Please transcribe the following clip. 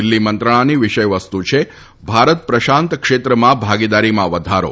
દિલ્ફી મંત્રણાની વિષયવસ્તુ છે ભારત પ્રશાંત ક્ષેત્રમાં ભાગીદારીમાં વધારો